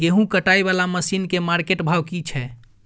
गेहूं कटाई वाला मसीन के मार्केट भाव की छै?